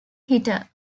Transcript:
hitter